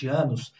anos